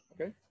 Okay